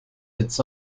its